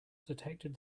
detected